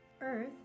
Earth